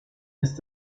ist